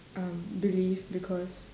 um believe because